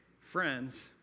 friends